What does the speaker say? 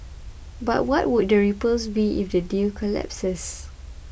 but what would the ripples be if the deal collapses